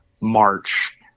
march